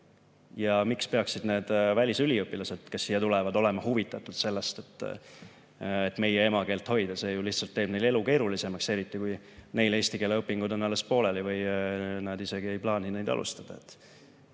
Miks peaksid need välisüliõpilased, kes siia tulevad, olema huvitatud sellest, et meie emakeelt hoida? See ju lihtsalt teeb nende elu keerulisemaks, eriti kui neil eesti keele õpingud on alles pooleli või nad isegi ei plaani neid alustada.